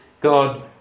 God